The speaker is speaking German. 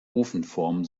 ofenform